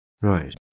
Right